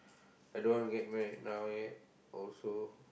I don't want get married now yet also